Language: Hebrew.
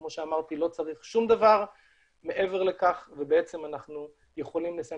כמו שאמרתי לא צריך שום דבר מעבר לכך ובעצם אנחנו יכולים לסיים